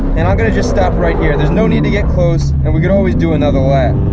and i'm gonna just stop right here, there's no need to get close and we could always do another lap